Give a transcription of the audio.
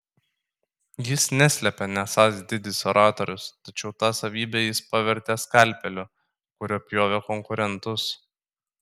jis neslėpė nesąs didis oratorius tačiau tą savybę jis pavertė skalpeliu kuriuo pjovė konkurentus